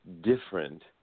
different